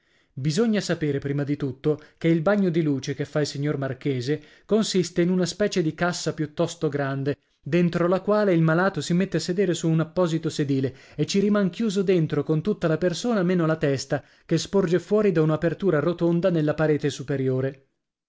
bisogna sapere prima di tutto che il bagno di luce che fa il signor marchese consiste in una specie di cassa piuttosto grande dentro la quale il malato si mette a sedere su un apposito sedile e ci riman chiuso dentro con tutta la persona meno la testa che sporge fuori da un'apertura rotonda nella parete superiore